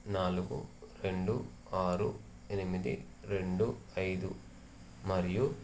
నాలుగు రెండు ఆరు ఎనిమిది రెండు ఐదు మరియు